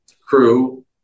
crew